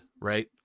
right